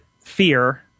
fear